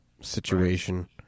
situation